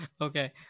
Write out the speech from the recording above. okay